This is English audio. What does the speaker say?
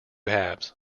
halves